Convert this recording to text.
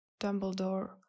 Dumbledore